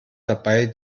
dabei